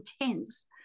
intense